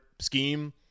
scheme